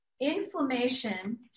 inflammation